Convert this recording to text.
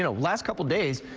you know last couple days,